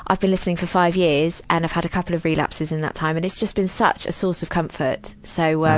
i've been listening for five years, and i've had a couple of relapses in that time. and it's just been such a source of comfort. so wow.